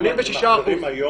86 אחוזים.